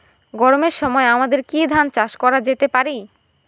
গরমের সময় আমাদের কি ধান চাষ করা যেতে পারি?